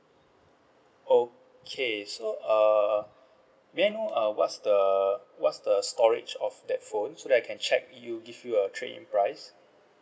okay so uh may I know uh what's the what's the storage of that phone so that I can check you give you a trade in price